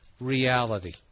reality